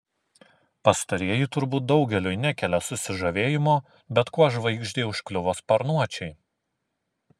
pastarieji turbūt daugeliui nekelia susižavėjimo bet kuo žvaigždei užkliuvo sparnuočiai